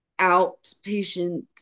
outpatient